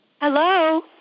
Hello